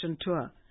tour